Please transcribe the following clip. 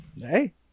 Hey